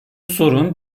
sorun